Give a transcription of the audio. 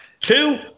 Two